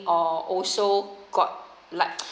or also got like